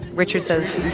richard says.